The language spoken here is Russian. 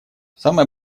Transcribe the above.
самое